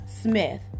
smith